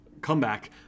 comeback